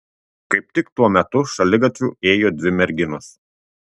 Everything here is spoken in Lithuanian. kaip tik tuo metu šaligatviu ėjo dvi merginos